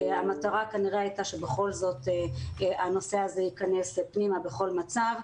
המטרה הייתה כנראה שבכל זאת הנושא הזה ייכנס פנימה בכל מצב.